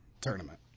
tournament